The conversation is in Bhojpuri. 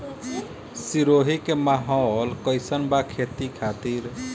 सिरोही के माहौल कईसन बा खेती खातिर?